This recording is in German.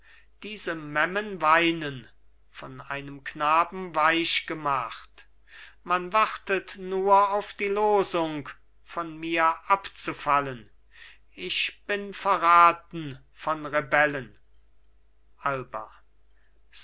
diese memmen weinen von einem knaben weichgemacht man wartet nur auf die losung von mir abzufallen ich bin verraten von rebellen alba